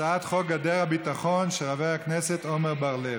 הצעת חוק גדר הביטחון, של חבר הכנסת עמר בר-לב.